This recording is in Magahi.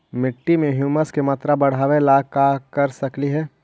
मिट्टी में ह्यूमस के मात्रा बढ़ावे ला का कर सकली हे?